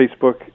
Facebook